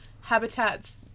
habitats